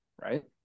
right